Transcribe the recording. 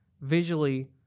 visually